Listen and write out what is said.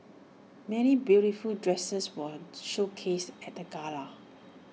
many beautiful dresses were showcased at the gala